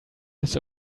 his